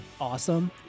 Awesome